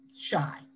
shy